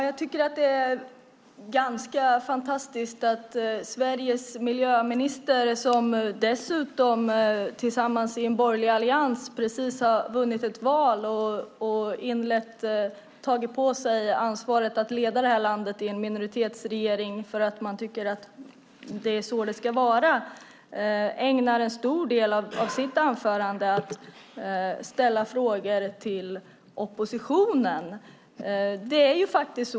Jag tycker att det är ganska fantastiskt att Sveriges miljöminister, som i en borgerlig allians precis har vunnit ett val och tagit på sig ansvaret att leda detta land i en minoritetsregering därför att man tycker att det är så det ska vara, ägnar en stor del av sitt anförande åt att ställa frågor till oppositionen.